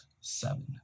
seven